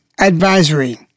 advisory